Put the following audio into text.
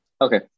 Okay